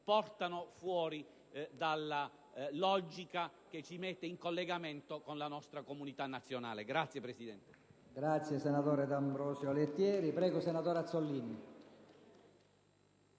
portano fuori dalla logica che ci mette in collegamento con la nostra comunità nazionale. *(Applausi